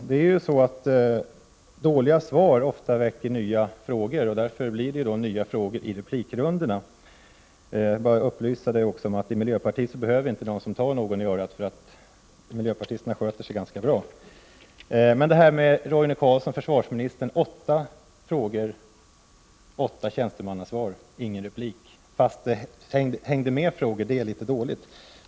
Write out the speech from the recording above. Fru talman! Dåliga svar väcker ofta nya frågor. Därför ställs det ofta nya frågor i replikrundorna. Jag vill också upplysa statsministern om att vi i miljöpartiet inte behöver någon som tar oss i örat, eftersom miljöpartisterna sköter sig ganska bra. Jag vill emellertid upprepa exemplet med försvarsminister Roine Carlsson. Han fick åtta frågor och lämnade åtta tjänstemannasvar, men gick inte uppi någon replik, trots att ytterligare frågor hängde med. Det är litet dåligt.